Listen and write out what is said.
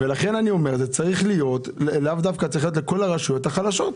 לכן אי אומר שזה צריך להיות לכל הרשויות החלשות.